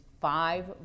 five